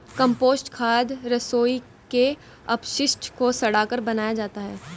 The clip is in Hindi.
कम्पोस्ट खाद रसोई के अपशिष्ट को सड़ाकर बनाया जाता है